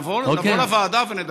אנחנו נבוא לוועדה ונדבר.